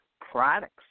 products